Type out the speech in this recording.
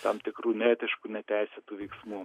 tam tikrų neetiškų neteisėtų veiksmų